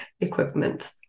equipment